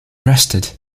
arrested